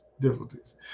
difficulties